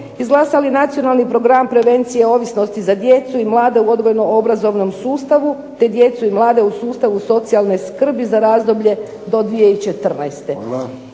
izglasali Nacionalni program prevencije ovisnosti za djecu i mlade u odgojno-obrazovnom sustavu te djecu i mlade u sustavu socijalne skrbi za razdoblje do 2014.